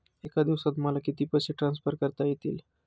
एका दिवसात मला किती पैसे ट्रान्सफर करता येतील?